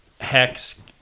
hex